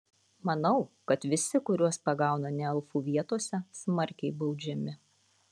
manau kad visi kuriuos pagauna ne elfų vietose smarkiai baudžiami